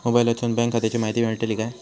मोबाईलातसून बँक खात्याची माहिती मेळतली काय?